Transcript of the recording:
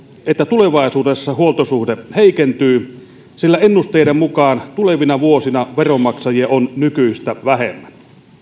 että tulevaisuudessa huoltosuhde heikentyy sillä ennusteiden mukaan tulevina vuosina veronmaksajia on nykyistä vähemmän